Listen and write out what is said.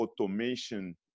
automation